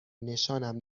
نشانم